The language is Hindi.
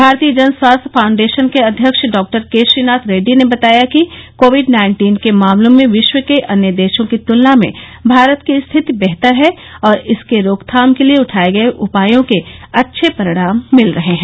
भारतीय जन स्वास्थ्य फाउंडेशन के अध्यक्ष डॉक्टर के श्रीनाथ रेड्डी ने बताया कि कोविड नाइन्टीन के मामलों में विश्व के अन्य देशों की तुलना में भारत की स्थिति बेहतर है और इसके रोकथाम के लिए उठाए गए उपायों के अच्छे परिणाम मिल रहे हैं